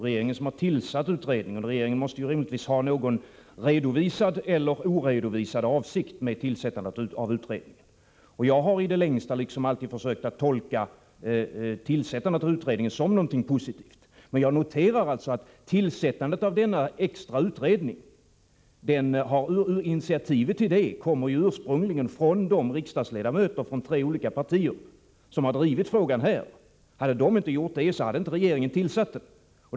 Utredningen har tillsatts av regeringen, och regeringen måste rimligtvis ha någon avsikt, redovisad eller oredovisad, med dess tillsättande. Jag har i det längsta försökt tolka tillsättandet av utredningen som något positivt, men jag noterar också att initiativet till tillsättandet av denna extra utredning ursprungligen kom från de ledamöter från tre politiska partier som har drivit frågan här i riksdagen. Om de inte hade gjort detta, skulle regeringen inte ha tillsatt utredningen.